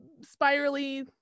spirally